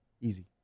Easy